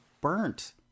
burnt